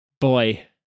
Boy